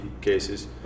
cases